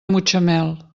mutxamel